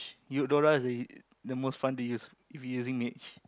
Udora is the the most fun to use if you using mitch